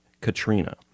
Katrina